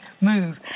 move